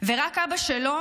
ורק אבא שלו